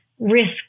risk